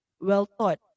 well-thought